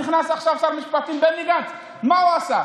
נכנס עכשיו שר המשפטים בני גנץ, מה הוא עשה?